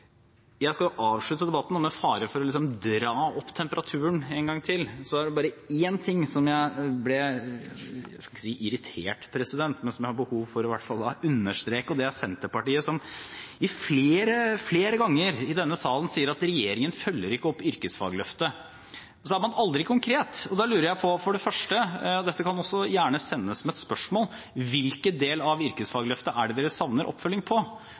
Jeg skal avslutte debatten. Med fare for å dra opp temperaturen en gang til er det bare én ting, som jeg ikke vil si jeg ble irritert over, men som jeg har behov for å understreke. Det er at Senterpartiet flere ganger i denne salen sier at regjeringen ikke følger opp yrkesfagløftet. Så er man aldri konkret. Da lurer jeg for det første på – dette kan også gjerne sendes som et spørsmål: Hvilken del av yrkesfagløftet er det de savner oppfølging på?